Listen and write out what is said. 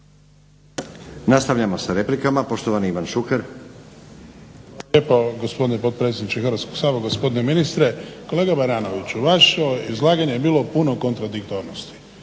Nastavljamo sa replikama. Poštovani Ivan Šuker. **Šuker, Ivan (HDZ)** Hvala lijepo gospodine potpredsjedniče Hrvatskog sabora, gospodine ministre. Kolega Baranoviću vaše izlaganje je bilo puno kontradiktornosti.